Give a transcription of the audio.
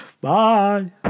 bye